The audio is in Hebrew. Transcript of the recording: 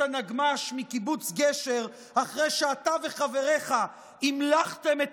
הנגמ"ש מקיבוץ גשר אחרי שאתה וחבריך המלכתם את